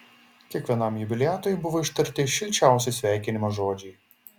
kiekvienam jubiliatui buvo ištarti šilčiausi sveikinimo žodžiai